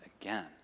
again